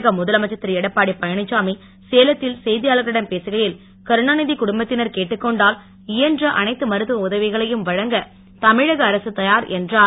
தமிழக முதலமைச்சர் திருஎடப்பாடி பழனிசாமி சேலத்தில் செய்தியாளர்களிடம் பேசுகையில் கருணாநிதி குடும்பத்தினர் கேட்டுக் கொண்டால் இயன்ற அனைத்து மருத்துவ உதவிகளையும் வழங்க தமிழக அரக தயார் என்றார்